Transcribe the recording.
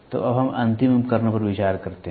तो अब हम अंतिम उपकरणों पर विचार करते हैं